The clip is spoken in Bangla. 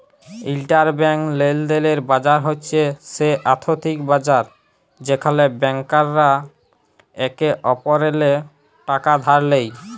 ইলটারব্যাংক লেলদেলের বাজার হছে সে আথ্থিক বাজার যেখালে ব্যাংকরা একে অপরেল্লে টাকা ধার লেয়